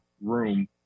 room